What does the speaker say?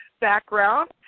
background